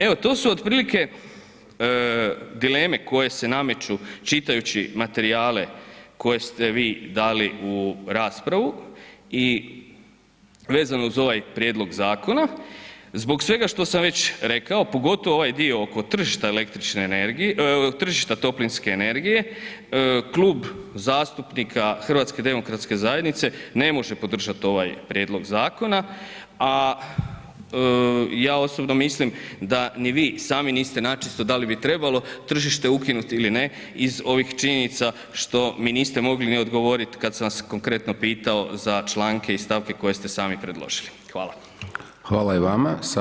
Evo to tu otprilike dileme koje se nameću čitajući materijale koje ste vi dali u raspravu i vezano uz ovaj prijedlog zakona, zbog svega što sam već rekao, pogotovo ovaj dio oko tržišta toplinske energije, Klub zastupnika HDZ-a ne može podržati ovaj prijedlog zakona a ja osobno mislim da ni vi sami niste načisto da li bi trebalo tržište ukinuti ili ne iz ovih činjenica što mi niste mogli ni odgovoriti kad sam vas konkretno pitao za članke i stavke koje ste sami predložili, hvala.